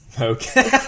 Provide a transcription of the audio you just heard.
okay